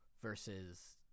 versus